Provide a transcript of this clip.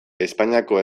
espainiako